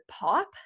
pop